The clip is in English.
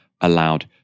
allowed